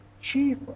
chief